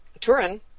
Turin